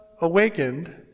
awakened